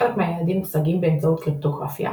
חלק מהיעדים מושגים באמצעות קריפטוגרפיה.